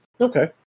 Okay